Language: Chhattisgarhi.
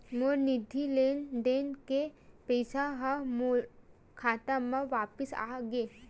मोर निधि लेन देन के पैसा हा मोर खाता मा वापिस आ गे